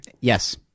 Yes